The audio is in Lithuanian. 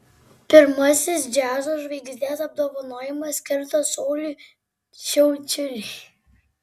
pirmasis džiazo žvaigždės apdovanojimas skirtas sauliui šiaučiuliui